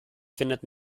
findet